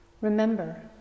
remember